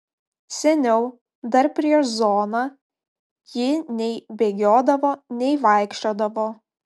seniau dar prieš zoną ji nei bėgiodavo nei vaikščiodavo